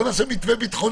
בוא נעשה גם מתווה ביטחוני.